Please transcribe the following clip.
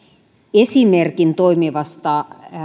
esimerkkinä toimivasta